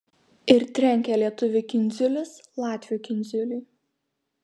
ir trenkia lietuvių kindziulis latvių kindziuliui